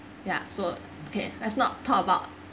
ya so okay let's not talk about